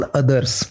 others